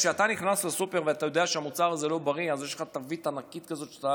כשאתה נכנס לסופר ואתה יודע שהמוצר הזה לא בריא ויש לך תווית ענקית כזו,